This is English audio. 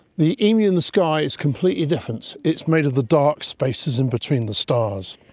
the emu in the sky is completely different, it is made of the dark spaces in between the stars.